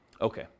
Okay